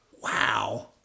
Wow